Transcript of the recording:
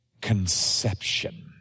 conception